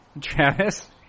Travis